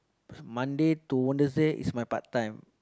Monday to Wednesday is my part time